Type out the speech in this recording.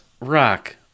Rock